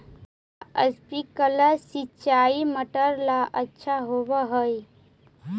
का स्प्रिंकलर सिंचाई टमाटर ला अच्छा होव हई?